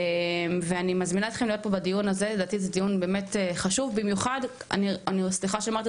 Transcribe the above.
זה דיון שחייב לעשות